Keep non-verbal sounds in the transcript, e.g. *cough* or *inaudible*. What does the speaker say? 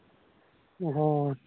*unintelligible*